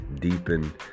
deepen